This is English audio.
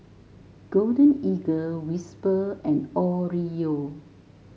Golden Eagle Whisper and Oreo